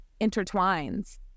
intertwines